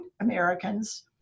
Americans